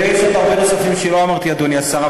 ויש עוד הרבה נוספים שלא אמרתי, אדוני השר.